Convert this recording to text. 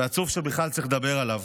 ובכלל עצוב שצריך לדבר עליו,